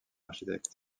architecte